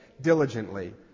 diligently